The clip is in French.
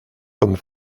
comme